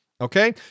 Okay